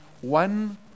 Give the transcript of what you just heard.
one